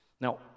Now